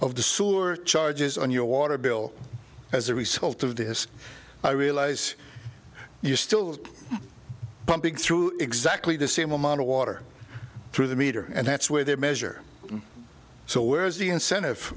of the sewer charges on your water bill as a result of this i realize you still pumping through exactly the same amount of water through the meter and that's where they measure so where's the incentive